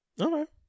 Okay